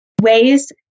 ways